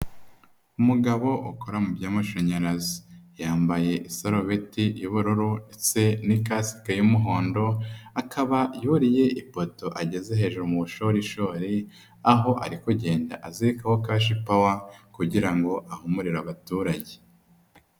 Umugabo ukora by'amashanyarazi. Yambaye isarubeti y'ubururu ndetse n'ikasite y'umuhondo, akaba yuriye ipoto ageze hejuru mu bushorishori, aho ari kugenda azirikaho cash power kugira ngo ahe umuriro abaturage.